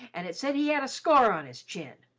and it said he had a scar on his chin.